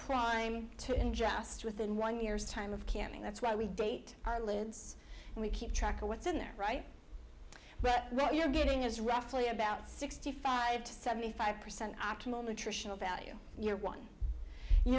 prime to end just within one year's time of canning that's why we date our lives and we keep track of what's in there right but what you're getting is roughly about sixty five to seventy five percent optimal nutritional value your one